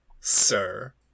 sir